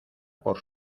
por